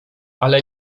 ale